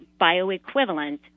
bioequivalent